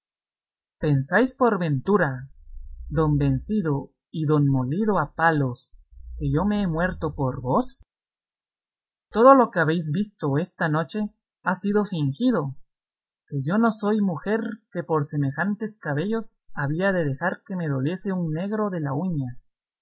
pensáis por ventura don vencido y don molido a palos que yo me he muerto por vos todo lo que habéis visto esta noche ha sido fingido que no soy yo mujer que por semejantes camellos había de dejar que me doliese un negro de la uña